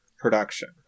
production